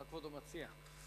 מה כבודו מציע?